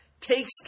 takes